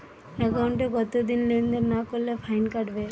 একাউন্টে কতদিন লেনদেন না করলে ফাইন কাটবে?